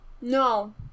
No